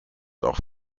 auch